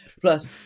Plus